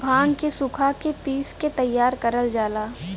भांग के सुखा के पिस के तैयार करल जाला